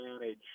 manage